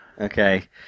Okay